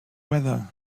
weather